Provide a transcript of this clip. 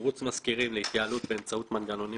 תמרוץ מזכירים להתייעלות באמצעות מנגנונים